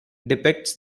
depicts